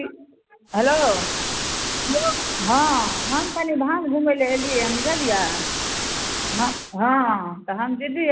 hello hello हँ हम कनि धाम घुमैलए अएलिए हँ बुझलिए हँ तऽ हम दिल्ली